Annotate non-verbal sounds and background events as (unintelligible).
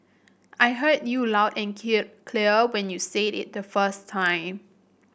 I heard you loud and (unintelligible) clear when you said it the first time